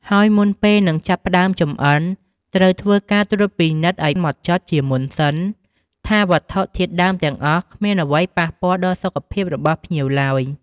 ហើយមុនពេលនឹងចាប់ផ្តើមចម្អិន ត្រូវធ្វើការត្រួតពិនិត្យអោយម៉ត់ចត់ជាមុនសិនថា វត្ថុធាតុដើមទាំងអស់គ្មានអ្វីប៉ះពាល់ដល់សុខភាពរបស់ភ្ញៀវឡើយ។